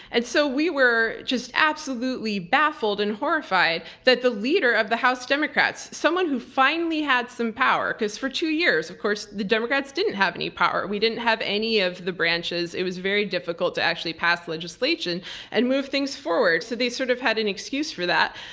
and so we were just absolutely baffled and horrified that the leader of the house democrats, someone who finally had some power, because for two years the democrats didn't have any power. we didn't have any of the branches, it was very difficult to actually pass legislation and move things forward. so they sort of had an excuse for that.